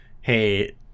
hey